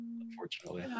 unfortunately